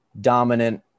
dominant –